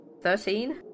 Thirteen